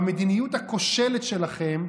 במדיניות הכושלת שלכם,